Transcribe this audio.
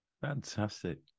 fantastic